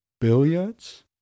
billiards